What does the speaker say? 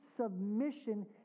submission